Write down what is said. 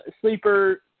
sleeper –